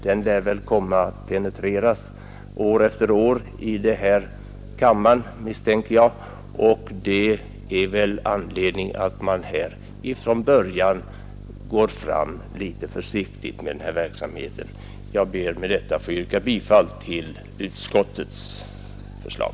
Den lär väl komma att penetreras år efter år i den här kammaren, misstänker jag, och det är väl anledning att man här ifrån början går fram litet försiktigt. Jag ber med det anförda att få yrka bifall till utskottets förslag.